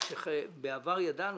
מה שבעבר ידענו,